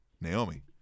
Naomi